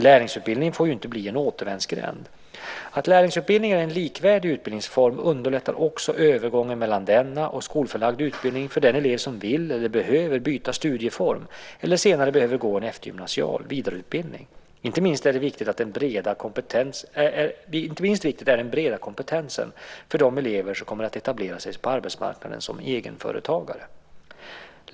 Lärlingsutbildningen får inte bli en återvändsgränd. Att lärlingsutbildningen är en likvärdig utbildningsform underlättar också övergång mellan denna och skolförlagd utbildning för den elev som vill eller behöver byta studieform eller senare behöver gå en eftergymnasial vidareutbildning. Inte minst viktig är den breda kompetensen för de elever som kommer att etablera sig på arbetsmarknaden som egenföretagare.